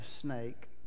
snake